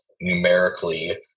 numerically